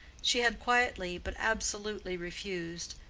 she had quietly but absolutely refused,